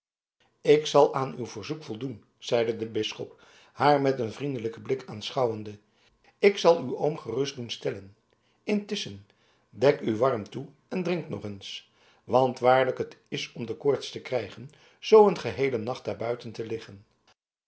ik zal aan uw verzoek voldoen zeide de bisschop haar met een vriendelijken blik aanschouwende ik zal uw oom gerust doen stellen intusschen dek u warm toe en drink nog eens want waarlijk het is om de koorts te krijgen zoo een geheelen nacht daar buiten te liggen